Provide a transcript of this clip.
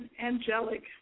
angelic